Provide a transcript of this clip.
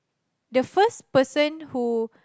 the first person who